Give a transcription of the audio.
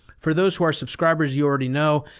for those who are subscribers, you already know.